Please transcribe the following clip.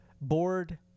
Board